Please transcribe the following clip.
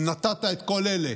אם נתת את כל אלה